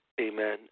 amen